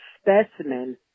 specimen